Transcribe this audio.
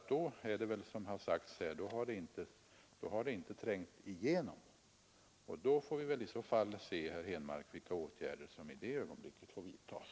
Då har beslutet, som det sagts här, inte trängt igenom, och då får vi se, herr Henmark, vilka åtgärder som i det ögonblicket får vidtas.